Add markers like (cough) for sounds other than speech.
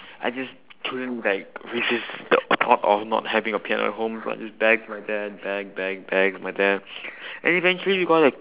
I just couldn't like resist the thought of not having a piano at home so I just begged my dad beg beg begged my dad (noise) and eventually we got a